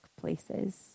places